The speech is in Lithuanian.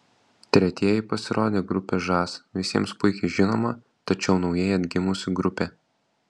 tretieji pasirodė grupė žas visiems puikiai žinoma tačiau naujai atgimusi grupė